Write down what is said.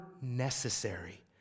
necessary